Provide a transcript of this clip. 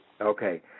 Okay